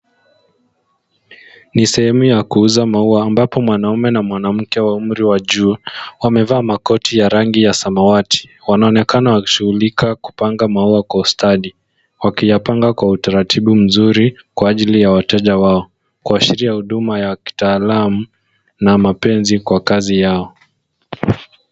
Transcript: Ni sehemu ya kuuza maua ambapo mwanaume na mwanamke wa umri wa juu wamevaa makoti ya rangi ya samawati. Wanaonekana wakishughulika kupanga maua kwa ustadi wakiyapanga kwa utaratibu mzuri kwa ajili ya wateja wao kuashiria huduma ya kitaalamu na mapenzi kwa kazi yao.